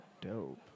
dope